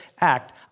act